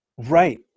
Right